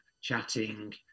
chatting